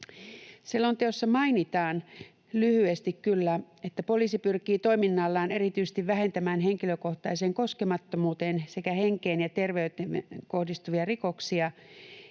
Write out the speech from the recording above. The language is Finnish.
Selonteossa mainitaan kyllä lyhyesti, että poliisi pyrkii toiminnallaan erityisesti vähentämään henkilökohtaiseen koskemattomuuteen sekä henkeen ja terveyteen kohdistuvia rikoksia,